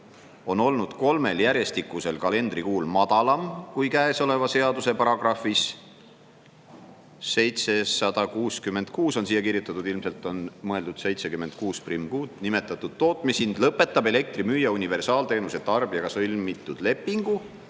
on olnud kolmel järjestikusel kalendrikuul madalam kui käesoleva seaduse paragrahvis … [766 on siia kirjutatud, ilmselt on mõeldud 766. –R. E.] nimetatud tootmishind, lõpetab elektrimüüja universaalteenuse tarbijaga sõlmitud lepingu."